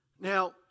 Now